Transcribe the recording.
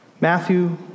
Matthew